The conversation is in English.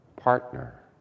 partner